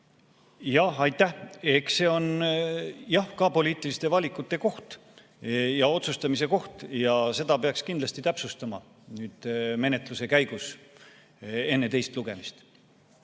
Aitäh! Eks see on jah ka poliitiliste valikute koht ja otsustamise koht ja seda peaks kindlasti täpsustama nüüd menetluse käigus enne teist lugemist.